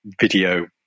video